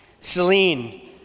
Celine